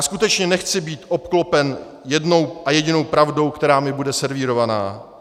Skutečně nechci být obklopen jednou a jedinou pravdou, která mi bude servírována.